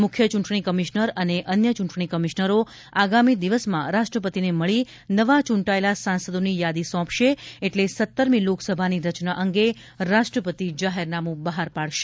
મુખ્ય ચૂંટણી કમિશ્નર અને અન્ય ચૂંટણી કમિશ્નરો આગામી દિવસમાં રાષ્ટ્રપતિને મળી નવા ચૂંટાયેલા સાંસદોની યાદી સોંપશે એટલે સત્તરમી લોકસભાની રચના અંગે રાષ્ટ્રપતિ જાહેરનામું બહાર પાડશે